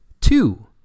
two